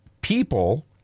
people